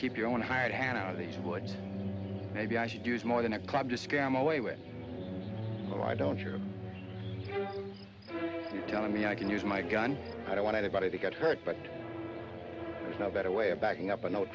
keep your own hired hand out of these woods maybe i should use more than a club to scam away with no i don't you're telling me i can use my gun i don't want anybody to get hurt but there's no better way of backing up a